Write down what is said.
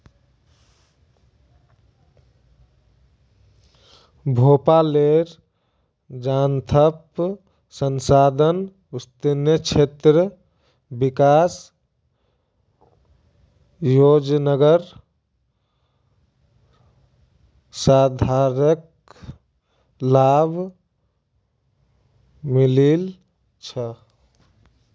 भोपालेर जनताक सांसद स्थानीय क्षेत्र विकास योजनार सर्वाधिक लाभ मिलील छ